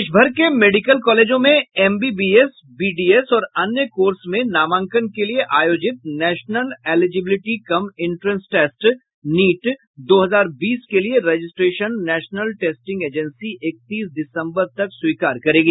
देशभर के मेडिकल कॉलेजों में एमबीबीएस बीडीएस और अन्य कोर्स में नामांकन के लिये आयोजित national eligibility cum entrance test NEET दो हजार बीस के लिये रजिस्ट्रेशन नेशनल टेस्टिंग एजेंसी इकतीस दिसंबर तक स्वीकार करेगी